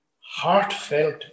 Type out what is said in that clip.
heartfelt